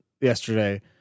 yesterday